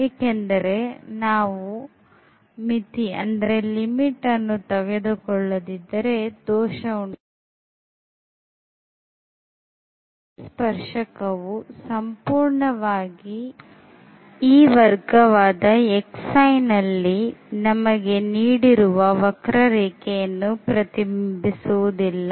ಏಕೆಂದರೆ ನಾವು ಮಿತಿಯನ್ನು ತೆಗೆದುಕೊಳ್ಳದಿದ್ದರೆ ದೋಷಉಂಟಾಗುತ್ತದೆ ಏಕೆಂದರೆ ಈ ಸ್ಪರ್ಶಕವು ಸಂಪೂರ್ಣವಾಗಿ ಈ ವರ್ಗ ನಲ್ಲಿ ನಮಗೆ ನೀಡಿರುವ ವಕ್ರರೇಖೆಯನ್ನು ಪ್ರತಿಬಿಂಬಿಸುವುದಿಲ್ಲ